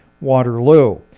Waterloo